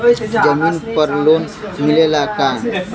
जमीन पर लोन मिलेला का?